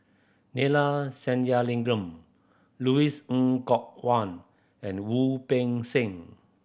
Neila Sathyalingam Louis Ng Kok Kwang and Wu Peng Seng